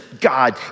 God